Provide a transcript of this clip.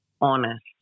honest